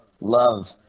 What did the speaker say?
love